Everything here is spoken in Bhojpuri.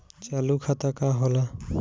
चालू खाता का होला?